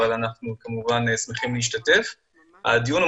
אנחנו כמובן שמחים להשתתף בדיון.